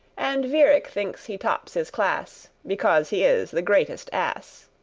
and vierick thinks he tops his class because he is the greatest ass.